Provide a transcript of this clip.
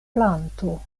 planto